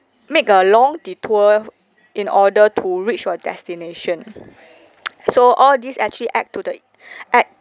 make a long detour in order to reach your destination so all these actually add to the add